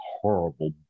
horrible